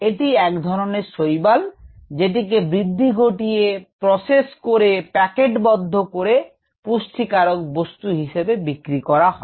এটি এক ধরনের শৈবাল যেটিকে বৃদ্ধি ঘটিয়ে প্রসেস করে প্যাকেট বদ্ধ করে পুষ্টিকারক বস্তু হিসেবে বিক্রি করা হয়